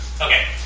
Okay